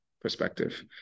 perspective